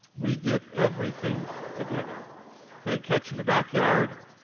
we did everything together playing catch in the backyard,